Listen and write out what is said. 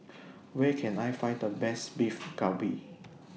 Where Can I Find The Best Beef Galbi